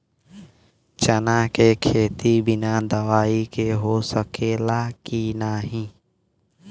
चना के खेती बिना दवाई के हो सकेला की नाही?